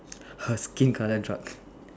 her skin colour dark